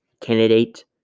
candidate